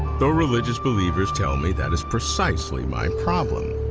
though religious believers tell me that is precisely my problem.